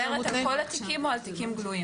את מדברת על כל התיקים או על תיקים גלויים?